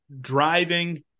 driving